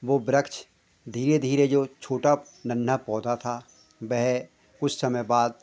वो वृक्ष धीरे धीरे जो छोटा नन्हा पौधा था वह कुछ समय बाद